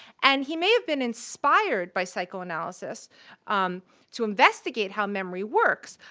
and he may have been inspired by psychoanalysis to investigate how memory works,